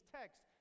text